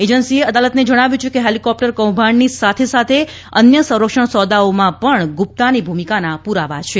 એજન્સીએ અદાલતને જણાવ્યું કે હેલિકોપ્ટર કૌભાંડની સાથે સાથે અન્ય સંરક્ષણ સોદાઓમાં પણ ગુપ્તાની ભૂમિકાના પુરાવા છે